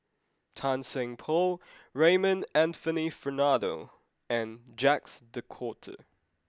Tan Seng Poh Raymond Anthony Fernando and Jacques de Coutre